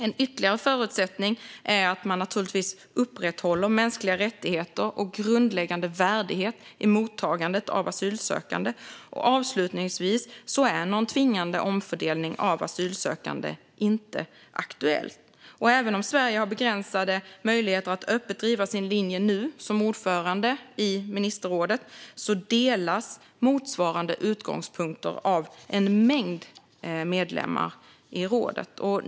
För det andra måste man naturligtvis upprätthålla mänskliga rättigheter och grundläggande värdighet i mottagandet av asylsökande. För det tredje är en tvingande omfördelning av asylsökande inte aktuell. Även om Sverige har begränsade möjligheter att öppet driva sin linje nu som ordförande i ministerrådet delas motsvarande utgångspunkter av en mängd medlemmar i rådet.